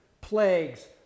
plagues